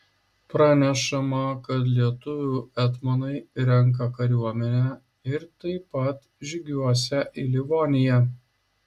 pranešama kad lietuvių etmonai renką kariuomenę ir taip pat žygiuosią į livoniją